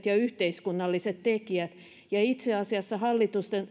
ja yhteiskunnalliset tekijät itse asiassa hallituksen